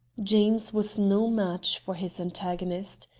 jeames was no match for his antagonist.